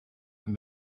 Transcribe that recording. and